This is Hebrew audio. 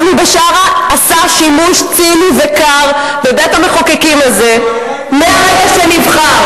עזמי בשארה עשה שימוש ציני וקר בבית-המחוקקים הזה מהרגע שנבחר.